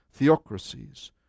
Theocracies